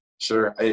Sure